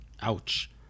Ouch